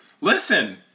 listen